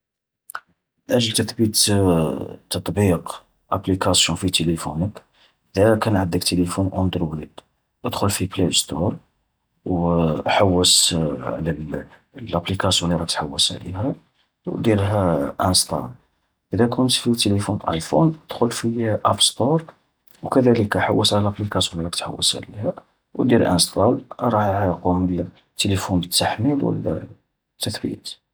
من أجل تثبيت تطبيق ابليكاسيو في تليفونك، اذا كان عندك تليفون اندرويد، ادخل في بلاي ستور، وحوس على لابليكاسيو اللي تحوس عليها، وديرلها انسطال. اذا كنت في تليفون ايفون ادخل في اب ستور، وكذلك حوس على لابليكاسيو اللي راك تحوس عليها، ودير انسطال. راه يقوم التيليفون بالتحميل و التثبيت.